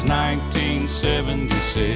1976